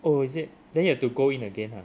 oh is it then you have to go in again !huh!